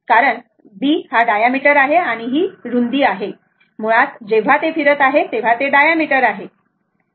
तर हा diameter b आहे ही रुंदी आहे मुळात जेव्हा ते फिरत आहे तेव्हा ते डायमीटर आहे बरोबर